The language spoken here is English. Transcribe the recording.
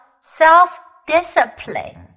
self-discipline